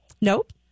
Nope